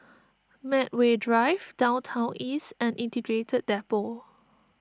Medway Drive Downtown East and Integrated Depot